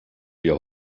wir